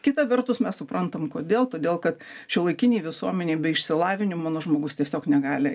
kita vertus mes suprantam kodėl todėl kad šiuolaikinėj visuomenėj be išsilavinimo nu žmogus tiesiog negali